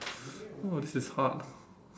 oh this is hard